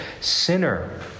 sinner